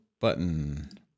button